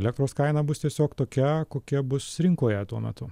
elektros kaina bus tiesiog tokia kokia bus rinkoje tuo metu